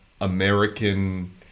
American